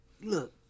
look